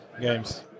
games